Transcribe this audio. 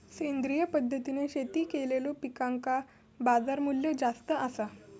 सेंद्रिय पद्धतीने शेती केलेलो पिकांका बाजारमूल्य जास्त आसा